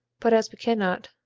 but as we cannot,